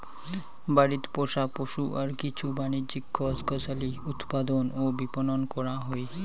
বাড়িত পোষা পশু আর কিছু বাণিজ্যিক গছ গছালি উৎপাদন ও বিপণন করাং হই